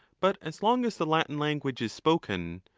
but as long as the latin language is spoken,